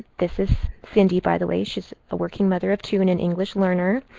this is cindy, by the way. she is a working mother of two and an english learner.